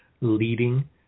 leading